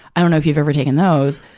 i don't know if you've ever taken those.